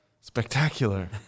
Spectacular